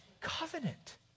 Covenant